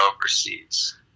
overseas